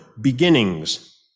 beginnings